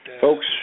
Folks